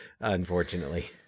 unfortunately